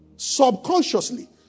Subconsciously